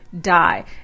die